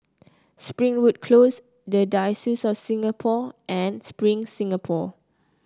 Springwood Close the Diocese of Singapore and Spring Singapore